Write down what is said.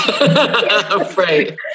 Right